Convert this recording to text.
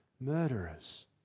murderers